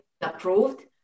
approved